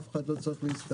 אף אחד לא צריך להסתגר,